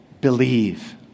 Believe